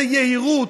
באיזו יהירות,